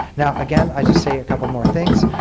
now, again i just say a couple more things.